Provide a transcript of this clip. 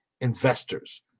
investors